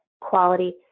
quality